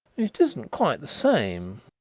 it isn't quite the same,